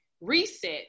Reset